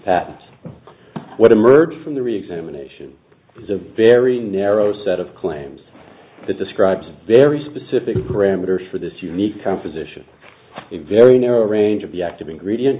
patent what emerged from the reexamination is a very narrow set of claims that describes very specific parameters for this unique composition a very narrow range of the active ingredient